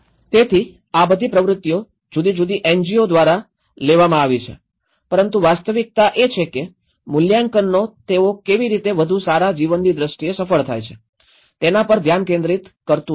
તેથી આ બધી પ્રવૃત્તિઓ જુદી જુદી એનજીઓ દ્વારા લેવામાં આવી છે પરંતુ વાસ્તવિકતા એ છે કે મૂલ્યાંકનો તેઓ કેવી રીતે વધુ સારા જીવનની દ્રષ્ટિએ સફળ થાય છે તેના પર ધ્યાન કેન્દ્રિત કરતું નથી